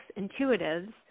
intuitives